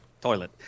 toilet